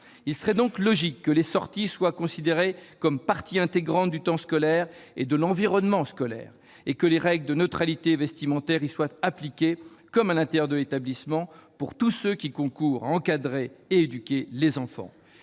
Il serait donc logique que les sorties soient considérées comme partie intégrante du temps scolaire et de l'environnement scolaire, et que les règles de neutralité vestimentaire soient appliquées dans ce cadre, comme à l'intérieur de l'établissement, pour toutes les personnes concourant à encadrer et éduquer les enfants.